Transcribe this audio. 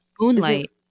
moonlight